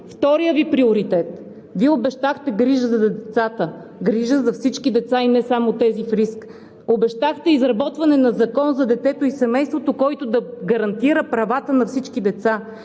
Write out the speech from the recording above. Вторият Ви приоритет – обещахте грижа за децата, грижа за всички деца и не само на тези в риск. Обещахте изработване на Закон за детето и семейството, който да гарантира правата на всички деца,